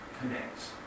connects